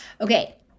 Okay